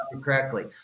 correctly